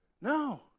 No